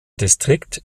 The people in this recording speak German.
distrikt